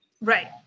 Right